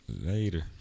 later